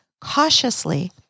cautiously